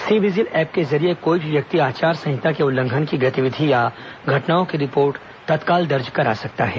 सी vigil app के जरिए कोई भी व्यक्ति आचार संहिता के उल्लंघन की गतिविधि या घटनाओं की रिपोर्ट तत्काल दर्ज करा सकता है